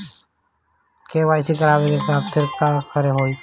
KYC करावे के होई का?